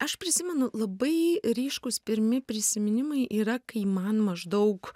aš prisimenu labai ryškūs pirmi prisiminimai yra kai man maždaug